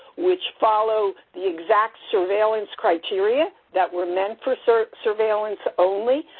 which follow the exact surveillance criteria that were meant for sort of surveillance only.